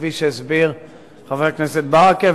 כפי שהסביר חבר הכנסת ברכה,